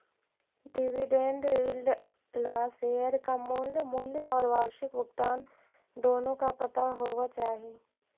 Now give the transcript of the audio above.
dividend yield ला share का मूल मूल्य और वार्षिक भुगतान दोनों का पता होवे चाही